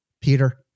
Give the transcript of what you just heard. Peter